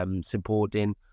supporting